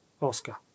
Oscar